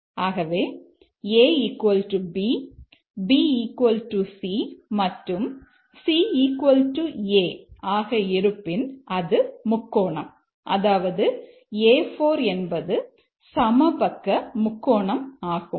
ஆகவே a b b c மற்றும் c a ஆக இருப்பின் அது முக்கோணம் அதாவது A4 என்பது சமபக்க முக்கோணம் ஆகும்